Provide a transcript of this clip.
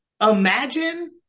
imagine